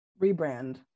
Rebrand